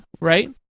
right